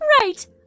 Right